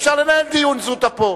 אי-אפשר לנהל דיון זוטא פה.